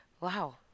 wow